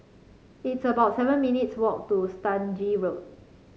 it's about seven minutes' walk to Stangee Road